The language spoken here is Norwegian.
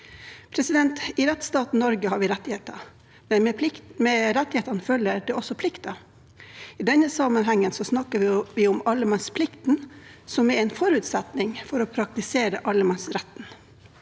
I rettsstaten Norge har vi rettigheter, men med rettighetene følger det også plikter. I denne sammenhengen snakker vi om allemannsplikten, som er en forutsetning for å praktisere allemannsretten.